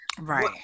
Right